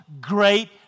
great